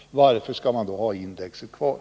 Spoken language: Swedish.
Varför skall man då ha indexet kvar?